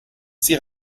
sie